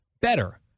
Better